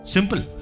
Simple